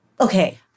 Okay